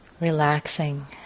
Relaxing